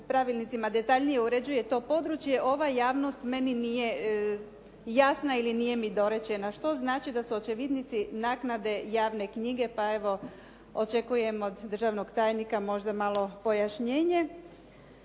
detaljnije uređuje to područje, ova javnost meni nije jasna ili nije mi dorečena. Što znači da su očevidnici naknade javne knjige pa evo očekujem od državnog tajnika možda malo pojašnjenje.